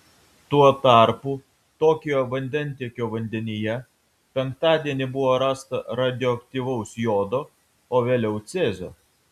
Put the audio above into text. tuo tarpu tokijo vandentiekio vandenyje penktadienį buvo rasta radioaktyvaus jodo o vėliau cezio